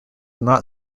not